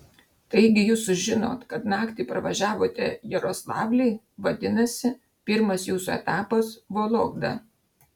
taigi jūs sužinot kad naktį pravažiavote jaroslavlį vadinasi pirmas jūsų etapas vologda